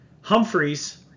humphreys